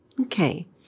Okay